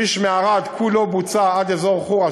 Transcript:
הכביש מערד כולו בוצע עד אזור חורה,